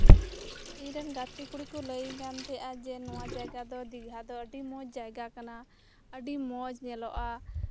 ᱤᱧ ᱨᱮᱱ ᱜᱟᱛᱮ ᱠᱩᱲᱤ ᱠᱚ ᱞᱟᱹᱭᱤᱧ ᱠᱟᱱ ᱛᱟᱦᱮᱸᱱᱟ ᱡᱮ ᱱᱚᱣᱟ ᱡᱟᱭᱜᱟ ᱫᱚ ᱫᱤᱜᱷᱟ ᱫᱚ ᱟᱰᱤ ᱢᱚᱸᱡ ᱡᱟᱭᱜᱟ ᱠᱟᱱᱟ ᱟᱰᱤ ᱢᱚᱸᱡ ᱧᱮᱞᱚᱜᱼᱟ